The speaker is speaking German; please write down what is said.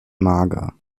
mager